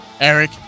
Eric